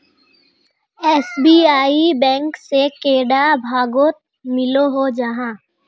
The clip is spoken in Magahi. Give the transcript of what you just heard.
एस.बी.आई बैंक से कैडा भागोत मिलोहो जाहा?